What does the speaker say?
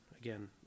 Again